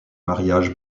mariage